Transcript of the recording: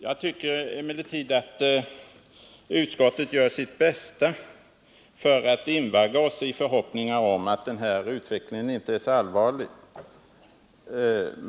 Jag tycker emellertid att utskottet gör sitt bästa för att invagga oss i förhoppningar om att den här utvecklingen inte är så allvarlig.